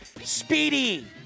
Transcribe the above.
Speedy